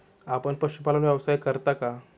आपण पशुपालन व्यवसाय करता का?